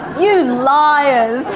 you liars.